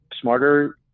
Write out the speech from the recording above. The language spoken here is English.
smarter